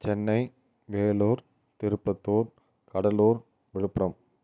Chennai Vellore Tirupattur Cuddalore Villupuram